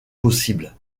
possibles